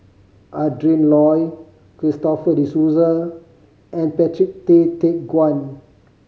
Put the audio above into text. Adrin Loi Christopher De Souza and Patrick Tay Teck Guan